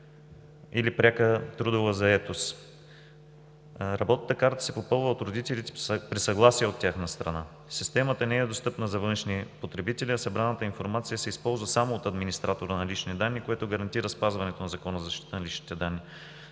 или пряка трудова заетост. Работната карта се попълва от родителите при съгласие от тяхна страна. Системата не е достъпна за външни потребители, а събраната информация се използва само от администратора на лични данни, което гарантира спазването на Закона за защита на личните данни.